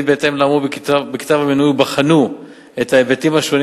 בהתאם לאמור בכתב המינוי ובחנו את ההיבטים השונים